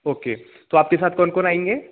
okay तो आपके साथ कौन कौन आएंगे